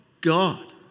God